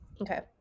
Okay